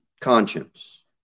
conscience